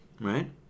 right